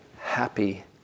happy